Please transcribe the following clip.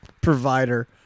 provider